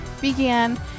began